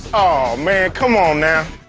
aww man, c'mon now.